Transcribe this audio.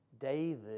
David